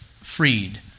freed